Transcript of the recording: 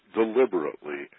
deliberately